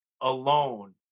alone